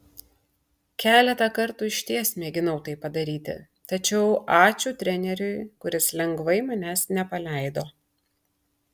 keletą kartų išties mėginau tai padaryti tačiau ačiū treneriui kuris lengvai manęs nepaleido